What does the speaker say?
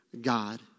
God